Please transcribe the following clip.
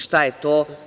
Šta je to?